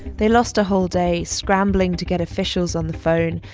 they lost a whole day scrambling to get officials on the phone,